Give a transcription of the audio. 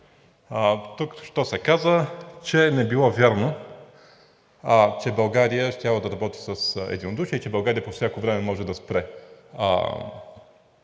току-що се каза, че не било вярно, че България щяла да работи с единодушие и че България по всяко време може да спре